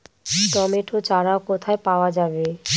Tomato চারা কোথায় পাওয়া যাবে?